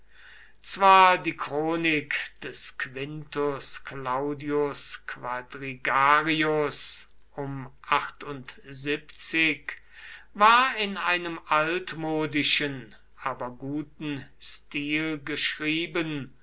zwar die chronik des quintus claudius in einem